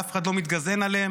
ואף אחד לא מתגזען עליהם,